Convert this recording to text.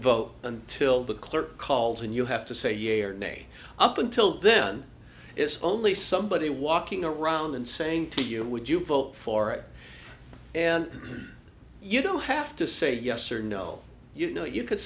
vote until the clerk calls and you have to say yea or nay up until then it's only somebody walking around and saying to you would you vote for it and you don't have to say yes or no you know you could